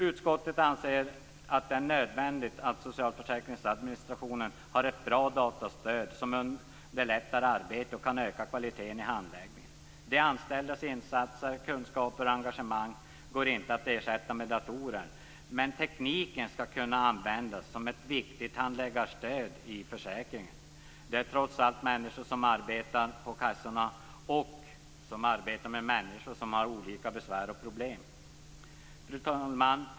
Utskottet anser att det är nödvändigt att socialförsäkringsadministrationen har ett bra datastöd som underlättar arbetet och kan öka kvaliteten i ärendehanteringen. De anställdas insatser, kunskap och engagemang går inte att ersätta med datorer, men tekniken skall kunna användas som ett viktigt handläggarstöd. Det är trots allt människor som arbetar på kassorna och som arbetar med människor som har olika besvär och problem.